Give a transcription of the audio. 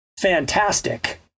fantastic